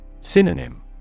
Synonym